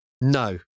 No